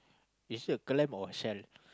is it a clam or a shell